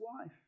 wife